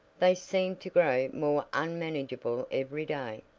they seem to grow more unmanageable every day.